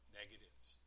negatives